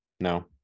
No